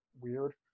weird